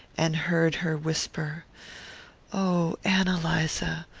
and heard her whisper oh, ann eliza,